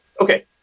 Okay